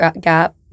gap